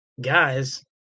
Guys